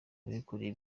bikoreye